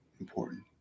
important